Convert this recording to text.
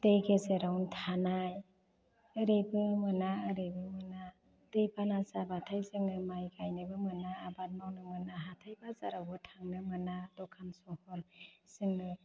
दै गेजेरावनो थानाय ओरैबो मोना ओरैबो मोना दैबाना जाबाथाय जोङो माय गायनोबो मोना आबाद मावनो मोना हाथाइ बाजारावबो थांनो मोना दखान सहर जोङो